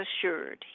assured